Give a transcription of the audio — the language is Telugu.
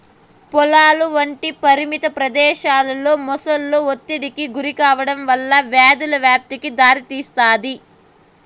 పొలాలు వంటి పరిమిత ప్రదేశాలలో మొసళ్ళు ఒత్తిడికి గురికావడం వల్ల వ్యాధుల వ్యాప్తికి దారితీస్తాది